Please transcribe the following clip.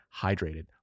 hydrated